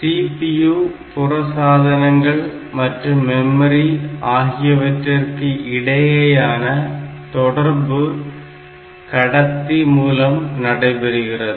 CPU புற சாதனங்கள் மற்றும் மெமரி ஆகியவற்றிற்கு இடையேயான தொடர்பு கடத்தி மூலம் நடைபெறுகிறது